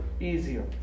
easier